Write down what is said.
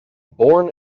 born